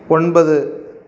ஒன்பது